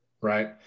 right